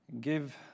give